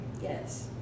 Yes